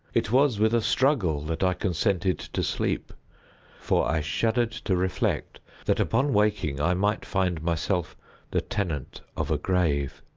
it was with a struggle that i consented to sleep for i shuddered to reflect that, upon awaking, i might find myself the tenant of a grave.